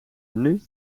menu